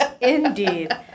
Indeed